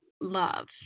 love